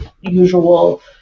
usual